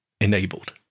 enabled